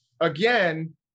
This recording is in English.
again